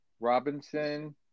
Robinson